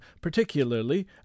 particularly